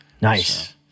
nice